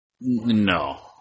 No